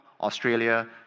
Australia